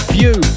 View